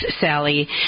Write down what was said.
Sally